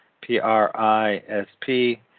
P-R-I-S-P